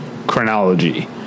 chronology